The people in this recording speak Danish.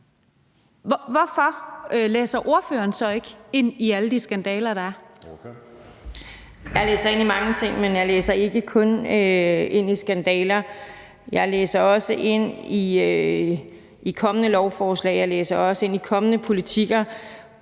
(Jeppe Søe): Ordføreren. Kl. 15:59 Maria Durhuus (S): Jeg læser ind i mange ting, men jeg læser ikke kun ind i skandaler. Jeg læser også ind i kommende lovforslag, og jeg læser også ind i kommende politikker,